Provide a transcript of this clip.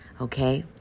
okay